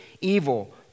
evil